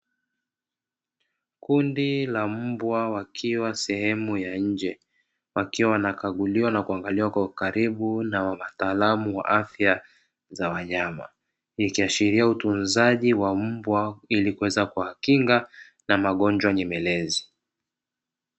Kundi la mbwa wakiwa sehemu ya nje, wakiwa wanakaguliwa na kuangaliwa kwa ukaribu na wataalamu wa afya za wanyama, ikiashiria utunzaji wa mbwa ili kuweza kuwakinga na magonjwa nyemelezi.